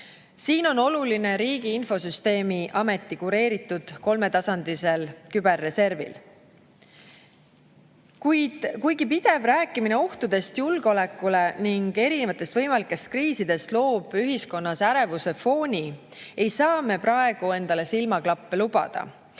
Siin on oluline roll Riigi Infosüsteemi Ameti kureeritud kolmetasandilisel küberreservil. Kuigi pidev rääkimine julgeolekuohtudest ning erinevatest võimalikest kriisidest loob ühiskonnas ärevuse fooni, ei saa me praegu endale silmaklappe lubada,